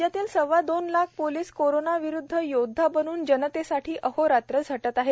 राज्यातील सव्वा दोन लाख पोलीस कोरोना विरुद्ध योद्धा बनून जनतेसाठी अहोरात्र झटत आहेत